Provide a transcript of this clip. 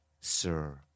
Sir